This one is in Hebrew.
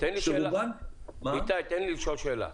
תן לי לשאול שאלה.